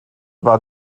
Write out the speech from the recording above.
war